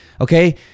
okay